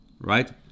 right